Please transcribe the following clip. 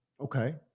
Okay